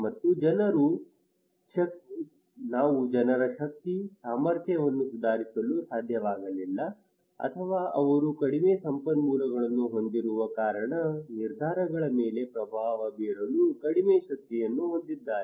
ಮತ್ತು ನಾವು ಜನರ ಶಕ್ತಿ ಸಾಮರ್ಥ್ಯವನ್ನು ಸುಧಾರಿಸಲು ಸಾಧ್ಯವಾಗಲಿಲ್ಲ ಅಥವಾ ಅವರು ಕಡಿಮೆ ಸಂಪನ್ಮೂಲಗಳನ್ನು ಹೊಂದಿರುವ ಕಾರಣ ನಿರ್ಧಾರಗಳ ಮೇಲೆ ಪ್ರಭಾವ ಬೀರಲು ಕಡಿಮೆ ಶಕ್ತಿಯನ್ನು ಹೊಂದಿದ್ದಾರೆ